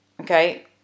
Okay